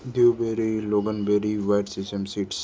blueberry loganberry white sesame seeds